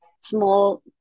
small